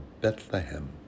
Bethlehem